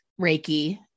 Reiki